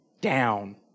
down